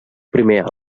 primer